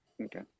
Okay